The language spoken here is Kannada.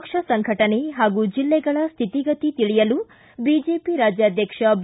ಪಕ್ಷ ಸಂಘಟನೆ ಹಾಗೂ ಜಿಲ್ಲೆಗಳ ಸ್ವಿತಿಗತಿ ತಿಳಿಯಲು ಬಿಜೆಪಿ ರಾಜ್ನಾಧ್ಯಕ್ಷ ಬಿ